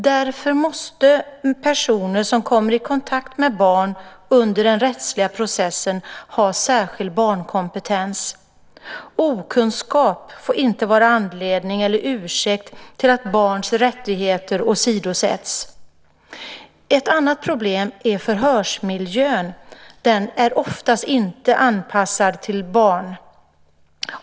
Därför måste personer som kommer i kontakt med barn under den rättsliga processen ha särskild barnkompetens. Okunskap får inte vara anledning till eller ursäkt för att barns rättigheter åsidosätts. Ett annat problem är förhörsmiljön. Den är oftast inte anpassad till barn.